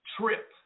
trip